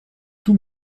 tous